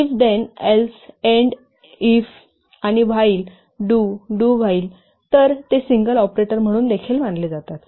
if then else endlif आणि while do do while तर ते सिंगल ऑपरेटर म्हणून देखील मानले जातील